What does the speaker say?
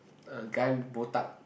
a guy botak